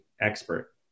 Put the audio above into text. expert